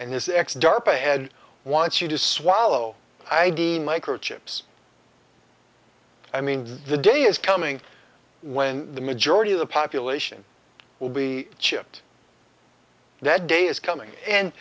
darpa head wants you to swallow id microchips i mean the day is coming when the majority of the population will be chipped that day is coming and